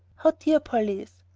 how dear polly is!